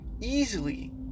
easily